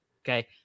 Okay